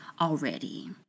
already